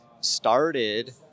started